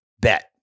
bet